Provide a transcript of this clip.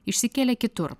išsikėlė kitur